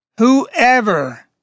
Whoever